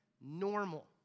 normal